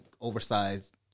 oversized